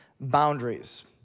boundaries